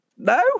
No